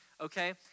okay